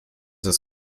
das